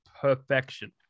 perfection